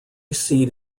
seat